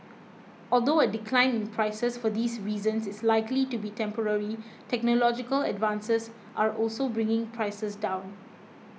although a decline in prices for these reasons is likely to be temporary technological advances are also bringing prices down